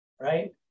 right